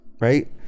Right